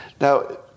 Now